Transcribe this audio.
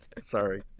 Sorry